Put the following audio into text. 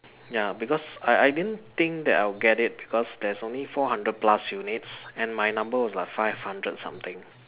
ya because I I I didn't think that I will get it because there's only four hundred plus units and my number was like five hundred something